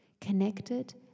connected